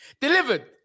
delivered